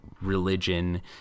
religion